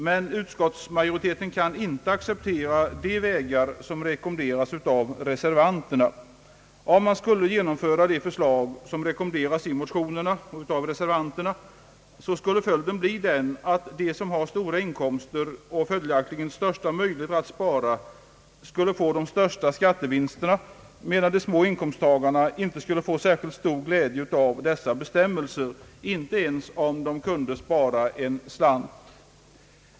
Men utskottsmajoriteten kan inte acceptera de vägar som rekommenderas av reservanterna. Om man skulle genomföra de förslag som förordas i motionerna och av reservanterna skulle följden bli den att de som har stora inkomster och följaktligen den största möjligheten att spara fick de största skattevinsterna, medan de små ininkomsttagarna inte skulle få särskilt stor glädje av de föreslagna bestämmelserna, inte ens om de kunde spara en slant.